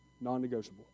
Non-negotiable